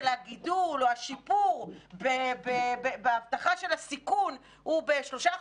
הגידול או השיפור באבטחה של הסיכון הוא ב-3%,